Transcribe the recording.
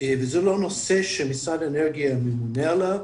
וזה לא נושא שמשרד האנרגיה ממונה עליו,